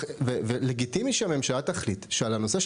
ולגיטימי שהממשלה תחליט שעל הנושא של